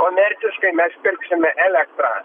komerciškai mes pirksime elektrą